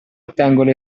ottengono